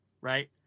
right